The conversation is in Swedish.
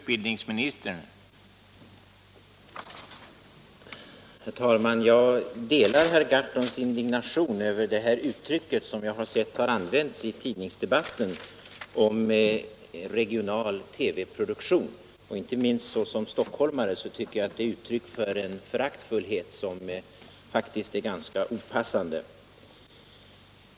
Herr talman! Jag delar herr Gahrtons indignation över uttrycket ”bondkanal” som jag sett har använts i tidningsdebatten. Inte minst såsom stockholmare tycker jag att det är ett utslag av en föraktfullhet som faktiskt är ganska opassande.